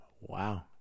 Wow